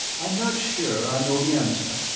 i'm not sure i know the answer.